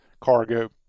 cargo